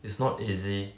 it's not easy